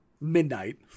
midnight